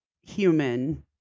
human